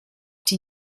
die